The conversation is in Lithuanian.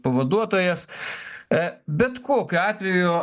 pavaduotojas e bet kokiu atveju